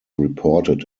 reported